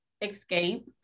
escape